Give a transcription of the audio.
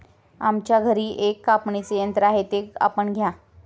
आमच्या घरी एक कापणीचे यंत्र आहे ते आपण घ्या